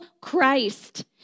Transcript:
Christ